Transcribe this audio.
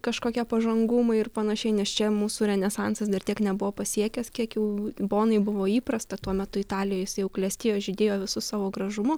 kažkokie pažangumai ir panašiai nes čia mūsų renesansas dar tiek nebuvo pasiekęs kiek jau bonai buvo įprasta tuo metu italijoj jisai jau suklestėjo žydėjo visu savo gražumu